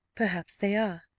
perhaps they are,